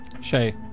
Shay